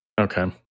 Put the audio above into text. okay